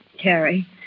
Carrie